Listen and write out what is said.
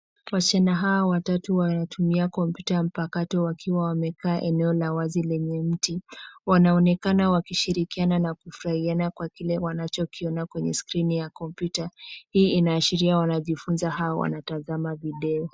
Washichana hao watatu wanatumia kompyuta ya mpakato wakiwa wamekaa eneo la wazi lenye mti, wanaonekana wakishirikiana na kufurahiana kwa kile wanachokiona kwenye skrini ya kompyuta. Hii inaashiria wanajifunza au wanatazama video.